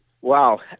Wow